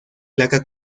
placa